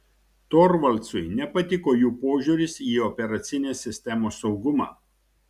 torvaldsui nepatiko jų požiūris į operacinės sistemos saugumą